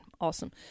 Awesome